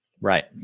right